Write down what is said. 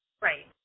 Right